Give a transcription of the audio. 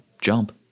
jump